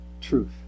Truth